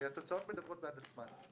התוצאות מדברות בעד עצמן.